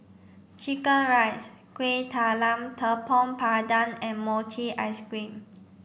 chicken rice Kueh Talam Tepong Pandan and Mochi ice cream